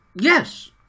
Yes